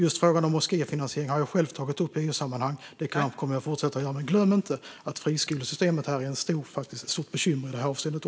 Just frågan om finansiering av moskéer har jag själv tagit upp i EU-sammanhang, och det kommer jag att fortsätta att göra. Glöm inte att friskolesystemet är ett stort bekymmer i det avseendet.